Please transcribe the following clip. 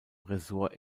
ressort